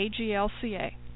AGLCA